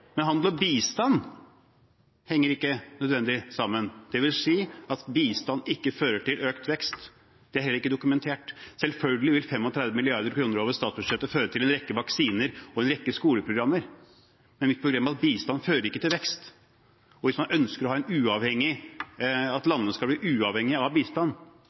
Men handel og bistand henger ikke nødvendigvis sammen, dvs. at bistand ikke fører til økt vekst. Det er heller ikke dokumentert. Selvfølgelig vil 35 mrd. kr over statsbudsjettet føre til en rekke vaksiner og en rekke skoleprogrammer. Men mitt poeng er at bistand ikke fører til vekst. Og hvis man ønsker at landene skal bli uavhengig av bistand,